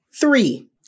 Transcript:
three